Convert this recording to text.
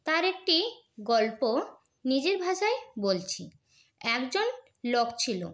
তার একটি গল্প নিজের ভাষায় বলছি একজন লোক ছিল